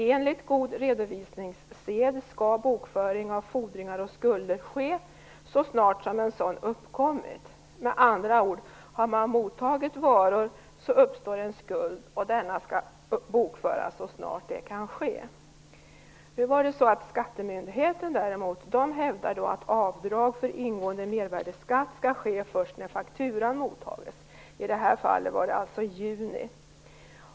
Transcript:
Enligt god redovisningssed skall nämligen bokföring av fordringar och skulder ske så snart som en sådan uppkommit. Har man med andra ord mottagit varor uppstår det en skuld som skall bokföras så snart det kan ske. Skattemyndigheten hävdar däremot att avdrag för ingående mervärdesskatt skall ske först när fakturan mottas. I det här fallet var det alltså i juni.